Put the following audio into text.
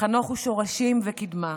חנוך הוא שורשים וקדמה,